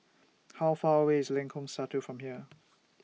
How Far away IS Lengkong Satu from here